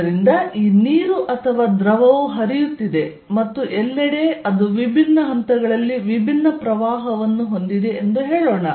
ಆದ್ದರಿಂದ ಈ ನೀರು ಅಥವಾ ದ್ರವವು ಹರಿಯುತ್ತಿದೆ ಮತ್ತು ಎಲ್ಲೆಡೆ ಅದು ವಿಭಿನ್ನ ಹಂತಗಳಲ್ಲಿ ವಿಭಿನ್ನ ಪ್ರವಾಹವನ್ನು ಹೊಂದಿದೆ ಎಂದು ಹೇಳೋಣ